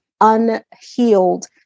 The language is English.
unhealed